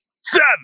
seven